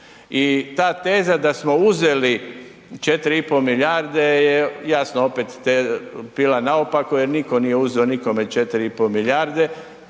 i ta teza da smo uzeli 4,5 milijarde je jasno opet pila na naopako jer nitko nije uzeo nikome 4,5 milijarde,